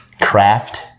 Craft